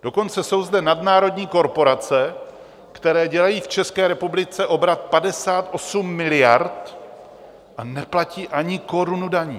Dokonce jsou zde nadnárodní korporace, které dělají v České republice obrat 58 miliard, a neplatí ani korunu daní.